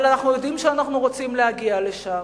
אבל אנחנו יודעים שאנחנו רוצים להגיע לשם.